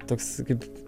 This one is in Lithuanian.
toks kaip